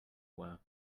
were